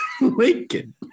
Lincoln